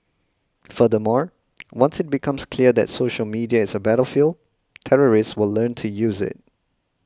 furthermore once it becomes clear that social media is a battlefield terrorists will learn to use it